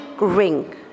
ring